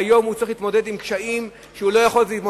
והיום הוא צריך להתמודד עם קשיים שהוא לא יכול להתמודד אתם.